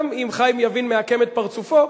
גם אם חיים יבין מעקם את פרצופו,